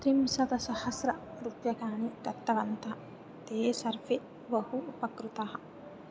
त्रिंशतसहस्ररूप्यकाणि दत्तवन्तः ते सर्वे बहु उपकृताः